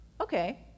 okay